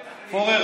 פורר,